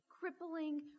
crippling